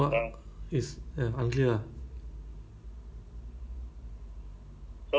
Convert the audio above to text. ya as long like okay I think there's two right so I'm not developer ah so